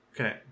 Okay